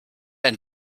ein